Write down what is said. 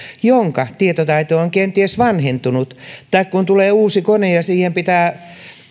jonka tietotaito on kenties vanhentunut tai kun tulee uusi kone ja pitää